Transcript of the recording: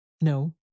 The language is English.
No